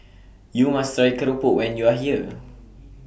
YOU must Try Keropok when YOU Are here